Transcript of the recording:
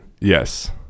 Yes